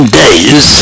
days